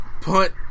punt